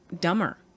dumber